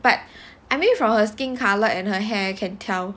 but I mean from her skin colour and her hair can tell